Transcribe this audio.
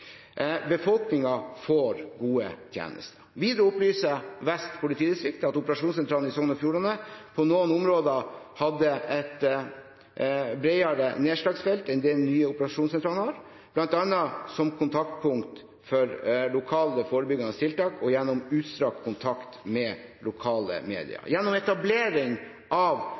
får gode tjenester. Videre opplyser Vest politidistrikt at operasjonssentralen i Sogn og Fjordane på noen områder hadde et bredere nedslagsfelt enn den nye operasjonssentralen, bl.a. som kontaktpunkt for lokale forebyggende tiltak og gjennom utstrakt kontakt med lokale media. Gjennom etablering av